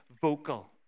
vocal